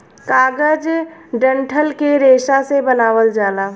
कागज डंठल के रेशा से बनावल जाला